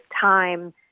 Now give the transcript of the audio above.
time